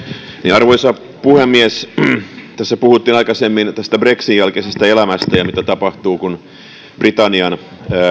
arvoisa puhemies tässä puhuttiin aikaisemmin brexitin jälkeisestä elämästä ja mitä tapahtuu kun britannian